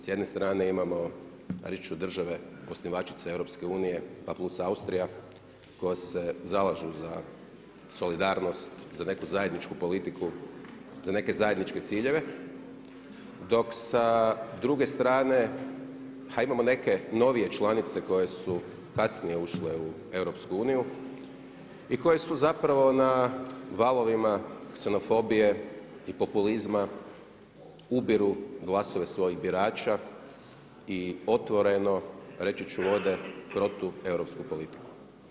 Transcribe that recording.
Sjedne strane imamo, reći ću države osnivačice EU-a pa plus Austrija, koje se zalažu za solidarnost, za neku zajedničku politiku, za neke zajedničke ciljeve, dok sa druge strane imamo neke novije članice koje su kasnije ušle u EU i koje su zapravo na valovima ksenofobije i populizma, ubiru glasove svojih birača i otvoreno, reći ću, vode protueuropsku politiku.